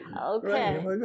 Okay